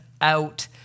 out